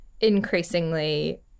increasingly